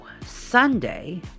Sunday